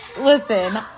listen